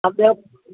हा ॿियो